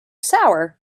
sour